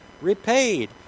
repaid